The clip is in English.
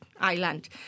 island